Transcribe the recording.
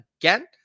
again